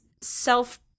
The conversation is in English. self